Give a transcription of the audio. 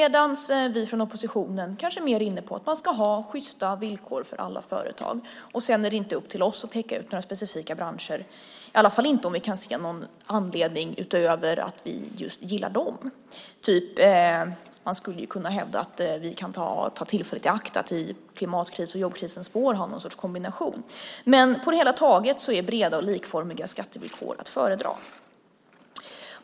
Vi från oppositionen är kanske mer inne på att man ska ha sjysta villkor för alla företag. Det är inte upp till oss att peka ut några specifika branscher, i alla fall inte om vi inte kan se någon anledning utöver att vi just gillar dem. Man skulle kunna hävda att vi kan ta tillfället i akt att i klimatkrisens och jobbkrisens spår ha någon sorts kombination, men på det hela taget är breda och likformiga skattevillkor att föredra.